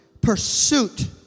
pursuit